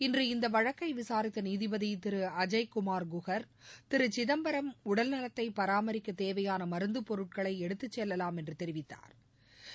இன்று இந்த வழக்கை விசாரித்த நீதிபதி திரு அஜய்குமார் குஹார் திரு சிதம்பரம் உடல் நலத்தை பராமரிக்கத் தேவையான மருந்து பொருட்களை எடுத்துச் செல்லலாம் என்று தெரிவித்தாா்